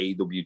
AW